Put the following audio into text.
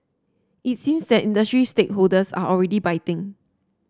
it seems that industry stakeholders are already biting